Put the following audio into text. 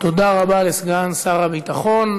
תודה רבה לסגן שר הביטחון.